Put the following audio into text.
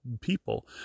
people